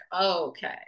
okay